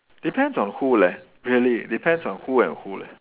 depends on who leh really depends on who and who leh